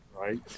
right